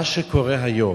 מה שקורה היום,